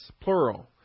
plural